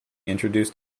introduced